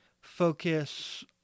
focus